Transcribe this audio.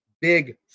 big